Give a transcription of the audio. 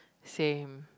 same